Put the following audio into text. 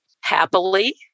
Happily